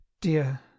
dear